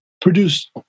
produced